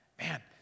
Man